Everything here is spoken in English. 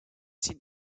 seen